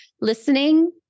Listening